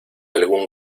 algún